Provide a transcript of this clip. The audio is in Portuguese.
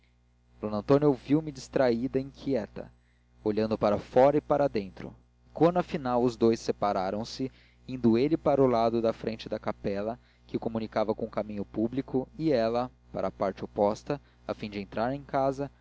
d antônia ouvia-me distraída e inquieta olhando para fora e para dentro e quando afinal os dous separaram-se indo ele para o lado da frente da capela que comunicava com o caminho público e ela para a parte oposta a fim de entrar em casa